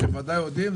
אתם בוודאי יודעים,